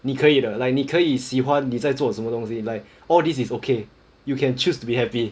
你可以的 like 你可以喜欢你在做什么东西 like all this is okay you can choose to be happy